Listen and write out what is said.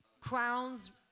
Crowns